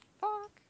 fuck